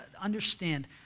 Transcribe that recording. understand